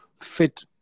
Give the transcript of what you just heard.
fit